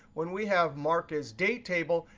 when we have mark as date table,